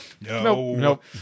Nope